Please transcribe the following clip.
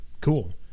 cool